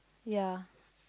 ya